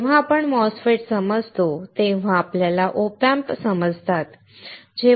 जेव्हा आपण MOSFETS समजतो तेव्हा आपल्याला OP amps समजतात